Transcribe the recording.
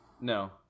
No